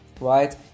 Right